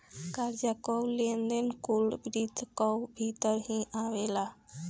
कर्जा कअ लेन देन कुल वित्त कअ भितर ही आवेला